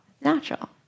natural